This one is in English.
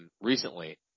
Recently